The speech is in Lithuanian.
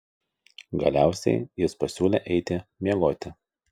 galiausiai jis pasiūlė eiti miegoti